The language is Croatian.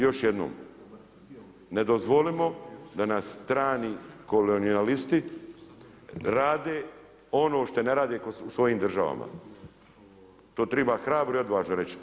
Još jednom, ne dozvolimo da nam strani kolonijalisti rade ono što ne rade u svojim državama, to treba hrabro i odvažno reći.